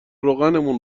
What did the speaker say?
روغنمون